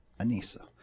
Anissa